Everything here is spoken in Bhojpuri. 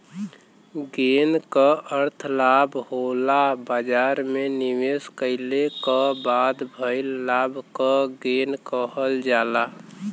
गेन क अर्थ लाभ होला बाजार में निवेश कइले क बाद भइल लाभ क गेन कहल जाला